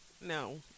no